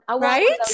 Right